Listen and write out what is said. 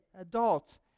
adults